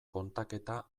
kontaketa